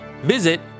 Visit